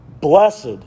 Blessed